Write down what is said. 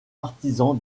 partisan